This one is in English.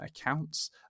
accounts